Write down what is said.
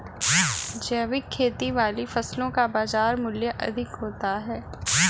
जैविक खेती वाली फसलों का बाजार मूल्य अधिक होता है